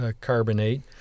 carbonate